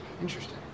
Interesting